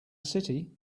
city